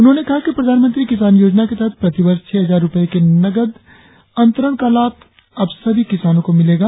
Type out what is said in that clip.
उन्होंने कहा कि प्रधानमंत्री किसान योजना के तहत प्रतिवर्ष छह हजार रुपये के नकद अंतरण का लाभ अब सभी किसानों को मिलेगा